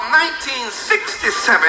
1967